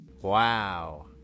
Wow